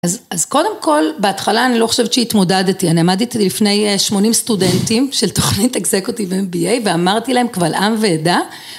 אז קודם כל, בהתחלה אני לא חושבת שהתמודדתי, אני עמדתי לפני 80 סטודנטים של תוכנית Executive MBA ואמרתי להם קבל עם ועדה.